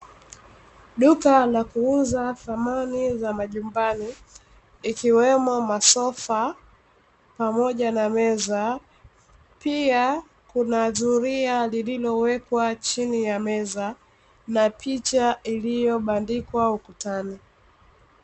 Duka la kuuza samani za majumbani, ikiwemo masofa, pamoja na meza, pia kuna zulia lililowekwa chini ya meza, na picha iliyobandikwa ukutani.